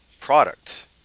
product